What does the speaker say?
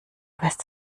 wirst